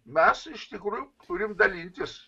mes iš tikrųjų turim dalintis